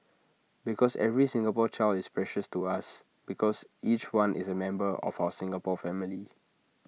because every Singapore child is precious to us because each one is A member of our Singapore family